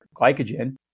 glycogen